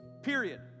Period